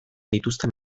dituzten